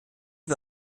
wir